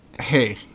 hey